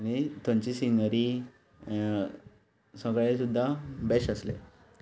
आनी थंयची सिनरी सगळें सुद्दां बेस्ट आसलें